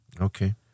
Okay